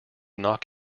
knock